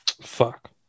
fuck